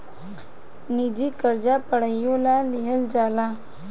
निजी कर्जा पढ़ाईयो ला लिहल जाला